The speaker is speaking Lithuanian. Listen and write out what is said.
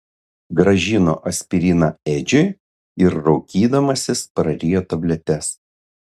grąžino aspiriną edžiui ir raukydamasis prarijo tabletes